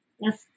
yes